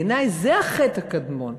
בעיני זה החטא הקדמון,